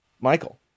Michael